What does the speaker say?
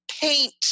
paint